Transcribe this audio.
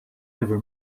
ever